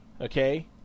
okay